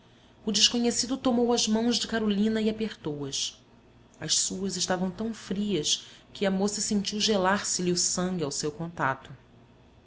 o desconhecido tomou as mãos de carolina e apertou as as suas estavam tão frias que a moça sentiu gelar se lhe o sangue ao seu contato